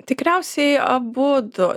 tikriausiai abudu